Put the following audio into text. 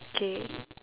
okay